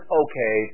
okay